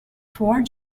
four